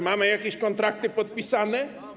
Mamy jakieś kontrakty podpisane?